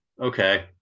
Okay